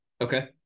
Okay